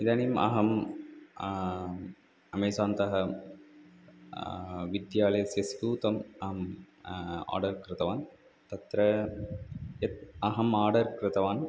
इदानीम् अहं अमेज़ान्तः विद्यालयस्य स्यूतम् अहम् आर्डर् कृतवान् तत्र यत् अहम् आर्डर् कृतवान्